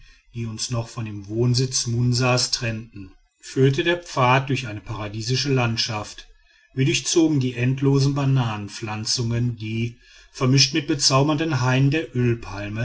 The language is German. die uns noch von dem wohnsitz munsas trennten führte der pfad durch eine paradiesische landschaft wir durchzogen die endlosen bananenpflanzungen die vermischt mit bezaubernden hainen der ölpalme